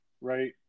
Right